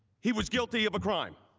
he was guilty of a crime.